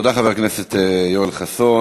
תודה, חבר הכנסת יואל חסון.